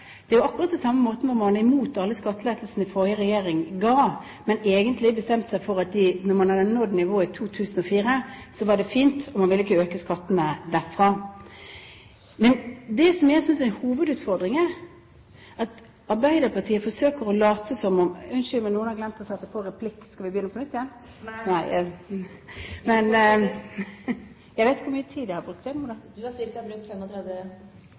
det er jo litt av den retorikken man fører, det er akkurat på samme måten som at man var imot alle skattelettelsene den forrige regjeringen ga. Men når man bestemte seg for at man hadde nådd nivået i 2004, var det fint, og man ville ikke øke skattene derfra. Men det som jeg synes er hovedutfordringen, er at Arbeiderpartiet forsøker å late som om … Unnskyld, men noen har glemt å sette på replikk. Skal vi begynne på nytt igjen? Nei. Vi fortsetter. Men jeg vet ikke hvor mye tid jeg har brukt? Du har